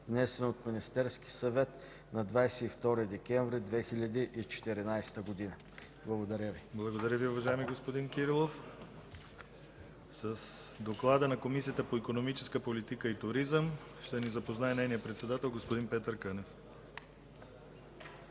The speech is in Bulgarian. внесен от Министерския съвет на 22 декември 2014 г.” Благодаря. ПРЕДСЕДАТЕЛ ДИМИТЪР ГЛАВЧЕВ: Благодаря Ви, уважаеми господин Кирилов. С доклада на Комисията по икономическа политика и туризъм ще ни запознае нейният председател господин Петър Кънев.